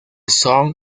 son